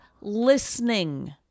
listening